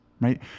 right